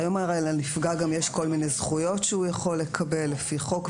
היום הרי לנפגע גם יש כל מיני זכויות שהוא יכול לקבל לפי חוק.